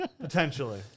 potentially